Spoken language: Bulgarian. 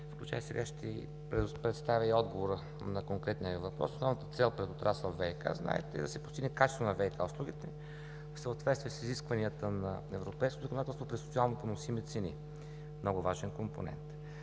бъдеще. Сега ще представя и отговора на конкретния въпрос. Основната цел пред отрасъл ВиК, знаете, е да се постигне качество на ВиК услугите, в съответствие с изискванията на европейското законодателство при социално поносими цени – много важен компонент